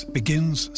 begins